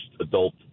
adult